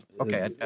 okay